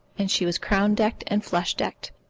and she was crown-decked and flush-decked.